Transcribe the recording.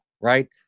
right